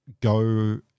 go